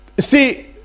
See